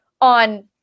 on